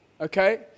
Okay